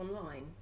online